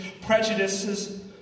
prejudices